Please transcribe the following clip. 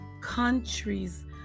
countries